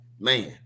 Man